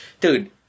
Dude